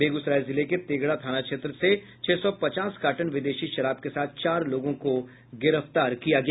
बेगूसराय जिले के तेघड़ा थाना क्षेत्र से छह सौ पचास कार्टन विदेशी शराब के साथ चार लोगों को गिरफ्तार किया गया